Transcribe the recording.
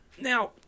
Now